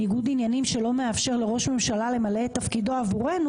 ניגוד עניינים שלא מאפשר לראש ממשלה למלא את תפקידנו עבורנו